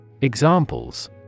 Examples